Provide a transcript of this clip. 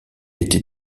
était